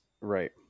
right